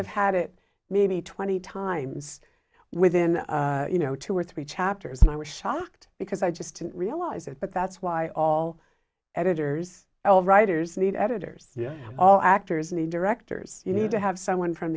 have had it maybe twenty times within you know two or three chapters and i was shocked because i just didn't realize it but that's why all editors and all writers need editors all actors and directors you need to have someone from